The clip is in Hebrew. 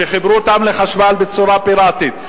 שחיברו אותם לחשמל בצורה פיראטית,